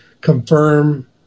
confirm